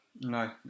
No